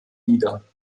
nieder